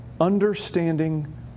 understanding